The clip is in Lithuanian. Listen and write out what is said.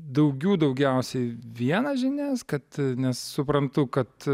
daugių daugiausiai vienas žinias kad nes suprantu kad